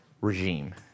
regime